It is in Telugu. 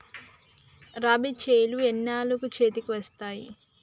రబీ చేలు ఎన్నాళ్ళకు చేతికి వస్తాయి?